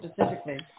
specifically